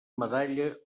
medalla